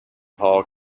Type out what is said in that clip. paul